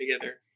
together